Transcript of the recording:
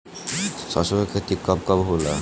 सरसों के खेती कब कब होला?